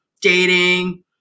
dating